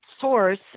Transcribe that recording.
source